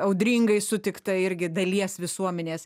audringai sutikta irgi dalies visuomenės